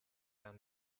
down